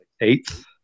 eighth